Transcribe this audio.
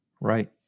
Right